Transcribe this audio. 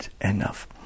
enough